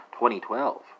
2012